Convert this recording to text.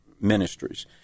ministries